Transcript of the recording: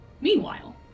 meanwhile